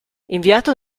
inviato